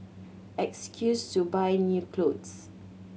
excuse to buy new clothes